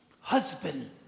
Husband